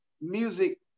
music